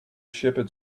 shepherd